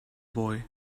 boy